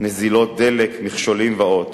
נזילות דלק, מכשולים ועוד.